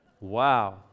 Wow